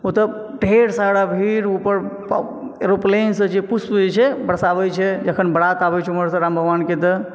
ओतऽ ढेर सारा भीड़ ऊपर एरोप्लेन से जे छै पुष्प जे छै बरसाबै छै जखन बारात आबै छै ओमहरसॅं राम भगवानके तऽ